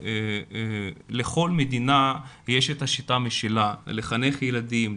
לכל מדינה יש את השיטה משלה לחנך ילדים,